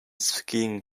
skiing